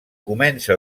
comença